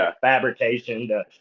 fabrication